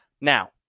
Now